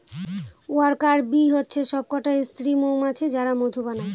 worker bee হচ্ছে সবকটা স্ত্রী মৌমাছি যারা মধু বানায়